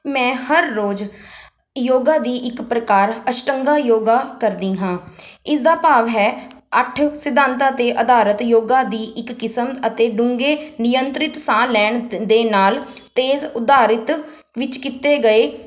ਮੈਂ ਹਰ ਰੋਜ਼ ਯੋਗਾ ਦੀ ਇੱਕ ਪ੍ਰਕਾਰ ਅਸ਼ਟੰਗਾ ਯੋਗਾ ਕਰਦੀ ਹਾਂ ਇਸ ਦਾ ਭਾਵ ਹੈ ਅੱਠ ਸਿਧਾਂਤਾਂ 'ਤੇ ਅਧਾਰਿਤ ਯੋਗਾ ਦੀ ਇੱਕ ਕਿਸਮ ਅਤੇ ਡੂੰਘੇ ਨਿਯੰਤਰਿਤ ਸਾਹ ਲੈਣ ਦੇ ਨਾਲ ਤੇਜ਼ ਉਧਾਰਿਤ ਵਿੱਚ ਕੀਤੇ ਗਏ